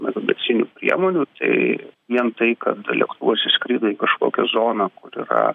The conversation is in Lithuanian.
navigacinių priemonių tai vien tai kad lėktuvas įskrido į kažkokią zoną kur yra